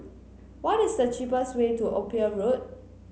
what is the cheapest way to Ophir Road